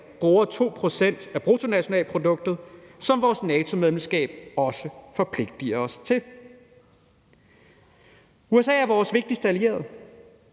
bruger 2 pct. af bruttonationalproduktet, hvad vores NATO-medlemskab også forpligtiger os til. USA er vores vigtigste allierede,